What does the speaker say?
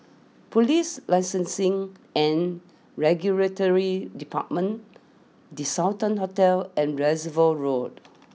police Licensing and Regulatory Department the Sultan Hotel and Reservoir Road